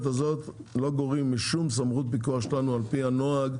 הזאת לא גורעים משום סמכות פיקוח שלנו עלפי הנוהל,